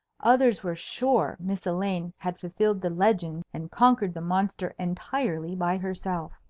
others were sure miss elaine had fulfilled the legend and conquered the monster entirely by herself.